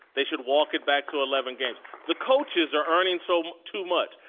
they should walk it back to eleven games. the coaches are earning so too much.